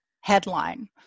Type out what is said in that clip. headline